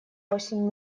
восемь